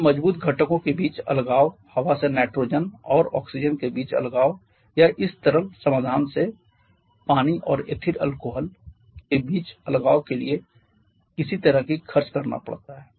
हमें मजबूत घटकों के बीच अलगाव हवा से नाइट्रोजन और ऑक्सीजन के बीच अलगाव या इस तरल समाधान से पानी और एथिल अल्कोहल के बीच अलगाव के लिए किसी तरह की खर्च करना पड़ता है